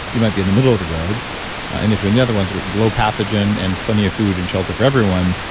you might be in the middle of the road and if you're in the other ones, low pathogen and plenty of food and shelter for everyone,